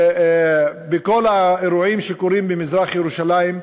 בכל האירועים שקורים במזרח-ירושלים.